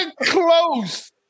Close